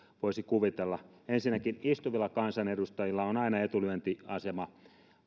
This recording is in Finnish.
voisi kuvitella ensinnäkin istuvilla kansanedustajilla on aina etulyöntiasema